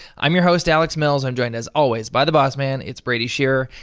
i'm your host, alex mills, i'm joined as always by the boss man, it's brady shearer,